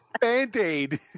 Band-aid